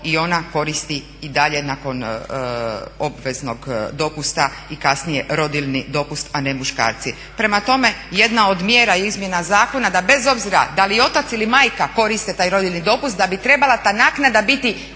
i ona koristi i dalje nakon obveznog dopusta i kasnije rodiljni dopust a ne muškarci. Prema tome jedna od mjera izmjena zakona da bez obzira da li otac ili majka koriste taj rodiljni dopust da bi trebala ta naknada biti